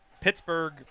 Pittsburgh